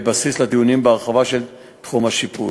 בסיס לדיונים בהרחבה של תחום השיפוט.